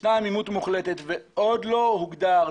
ישנה עמימות מוחלטת ועוד לא הוגדר,